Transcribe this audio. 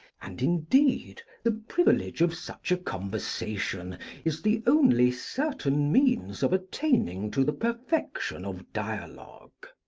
and, indeed, the privilege of such a conversation is the only certain means of attaining to the perfection of dialogue.